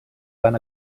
van